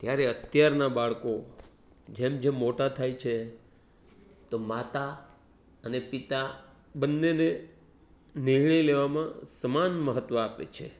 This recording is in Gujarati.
ત્યારે અત્યારના બાળકો જેમ જેમ મોટા થાય છે તો માતા અને પિતા બંનેને નિર્ણય લેવામાં સમાન મહત્વ આપે છે